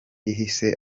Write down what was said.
ihise